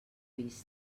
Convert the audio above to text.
vist